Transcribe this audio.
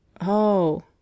Oh